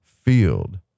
field